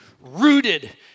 rooted